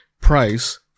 price